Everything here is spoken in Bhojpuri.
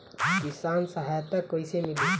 किसान सहायता कईसे मिली?